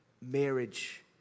marriage